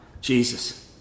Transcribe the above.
Jesus